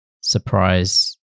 surprise